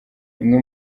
imwe